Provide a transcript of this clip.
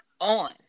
on